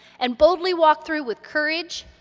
and boldly walk through with courage,